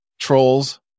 trolls